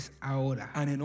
ahora